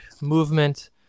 movement